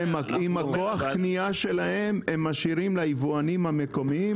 עם כוח הקנייה שלהם הם משאירים ליבואנים המקומיים,